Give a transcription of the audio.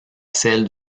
celle